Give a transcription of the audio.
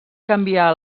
canviar